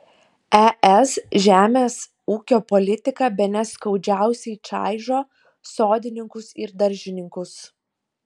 es žemės ūkio politika bene skaudžiausiai čaižo sodininkus ir daržininkus